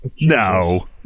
No